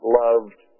loved